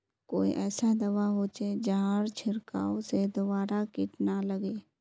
कोई ऐसा दवा होचे जहार छीरकाओ से दोबारा किट ना लगे?